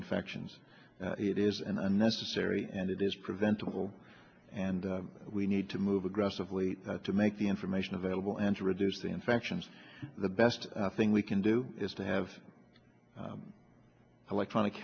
infections it is unnecessary and it is preventable and we need to move aggressively to make the information available and to reduce the infections the best thing we can do is to have electronic